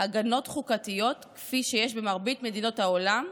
הגנות חוקתיות כפי שיש במרבית מדינות העולם.